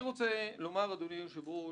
זה נאמר כמה פעמים.